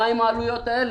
ומה עם העלויות האלה?